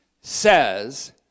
says